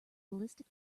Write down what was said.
ballistic